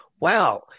wow